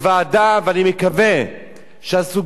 ואני מקווה שהסוגיה הזאת,